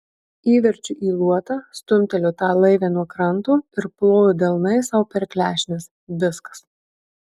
įverčiu į luotą stumteliu tą laivę nuo kranto ir ploju delnais sau per klešnes viskas